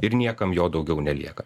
ir niekam jo daugiau nelieka